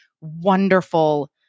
wonderful